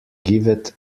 giveth